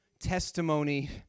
testimony